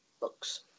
Books